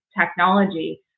technology